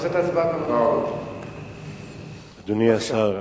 אדוני השר,